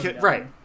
Right